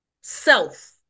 self